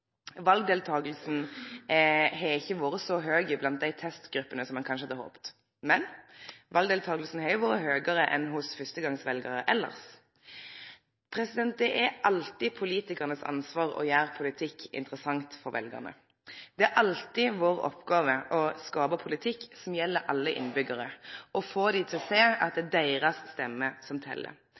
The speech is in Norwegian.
har ikkje vore så høg i testgruppene som ein kanskje hadde håpt, men valdeltakinga har jo vore høgare enn hos fyrstegangsveljarar elles. Det er alltid politikaranes ansvar å gjere politikk interessant for veljarane. Det er alltid vår oppgåve å skape politikk som gjeld alle innbyggjarar, og få dei til å sjå at det er deira stemme som